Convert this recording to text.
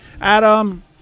Adam